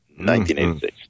1986